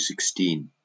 16